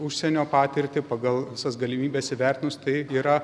užsienio patirtį pagal visas galimybes įvertinus tai yra